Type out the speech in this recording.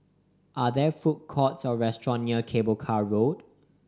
are there food courts or restaurant near Cable Car Road